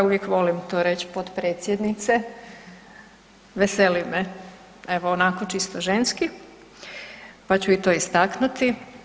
Uvijek volim to reć „potpredsjednice“, veseli me, evo onako, čisto ženski pa ću i to istaknuti.